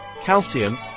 calcium